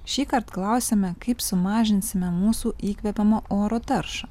šįkart klausiame kaip sumažinsime mūsų įkvepiamo oro taršą